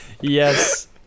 Yes